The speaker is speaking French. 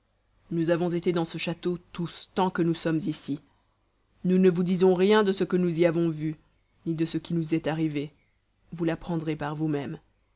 nous avons été dans ce château tous tant que nous sommes ici nous ne vous disons rien de ce que nous y avons vu ni de ce qui nous est arrivé vous l'apprendrez par vous-même